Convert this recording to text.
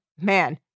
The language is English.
Man